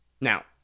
Now